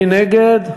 מי נגד?